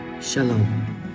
shalom